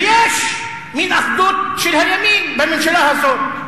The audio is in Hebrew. ויש מין אחדות של הימין בממשלה הזאת,